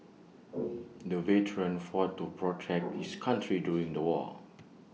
the veteran fought to protect his country during the war